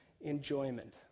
enjoyment